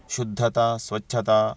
शुद्धता स्वच्छता